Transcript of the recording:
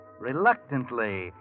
reluctantly